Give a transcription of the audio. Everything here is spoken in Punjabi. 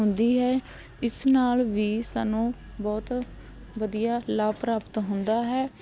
ਹੁੰਦੀ ਹੈ ਇਸ ਨਾਲ ਵੀ ਸਾਨੂੰ ਬਹੁਤ ਵਧੀਆ ਲਾਭ ਪ੍ਰਾਪਤ ਹੁੰਦਾ ਹੈ